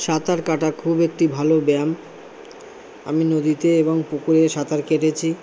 সাঁতার কাটা খুব একটি ভালো ব্যায়াম আমি নদীতে এবং পুকুরে সাঁতার কেটেছি